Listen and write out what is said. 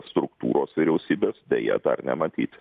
struktūros vyriausybės deja dar nematyti